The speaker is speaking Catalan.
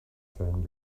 sant